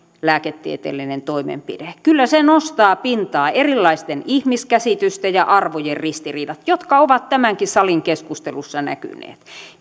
lääketieteellinen toimenpide kyllä se nostaa pintaan erilaisten ihmiskäsitysten ja arvojen ristiriidat jotka ovat tämänkin salin keskustelussa näkyneet